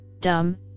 dumb